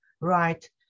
right